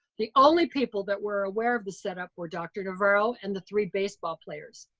the only people that were aware of the set up were dr. navarro and the three baseball players.